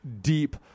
deep